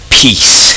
peace